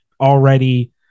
already